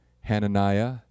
Hananiah